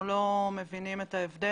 אנחנו לא מבינים את ההבדל.